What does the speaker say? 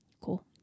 cool